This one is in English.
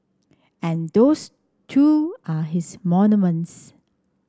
and those too are his monuments